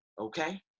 Okay